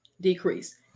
decrease